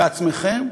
בעצמכם.